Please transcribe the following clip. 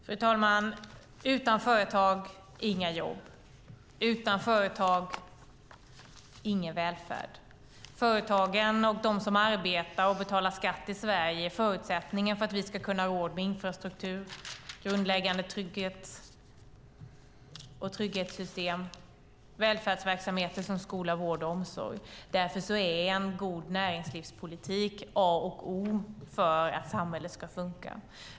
Fru talman! Utan företag, inga jobb. Utan företag, ingen välfärd. Företagen och de som arbetar och betalar skatt i Sverige är förutsättningen för att vi ska kunna ha råd med infrastruktur, grundläggande trygghet, trygghetssystem och välfärdsverksamheter som skola, vård och omsorg. Därför är en god näringslivspolitik A och O för att samhället ska funka.